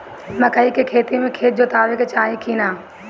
मकई के खेती मे खेत जोतावे के चाही किना?